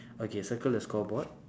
okay circle the scoreboard